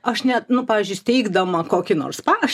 aš net nu pavyzdžiui steigdama kokį nors spa aš